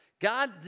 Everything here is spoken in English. God